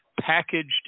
packaged